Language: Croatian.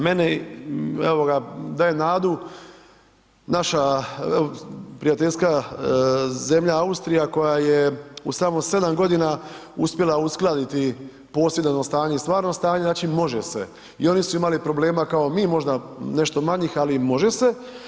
Meni daje nadu naša prijateljska zemlja Austrija koja je u samo 7.g. uspjela uskladiti posjedovno stanje i stvarno stanje, znači može se i oni su imali problema kao mi, možda nešto manjih, ali može se.